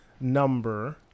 number